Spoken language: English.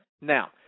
Now